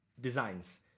designs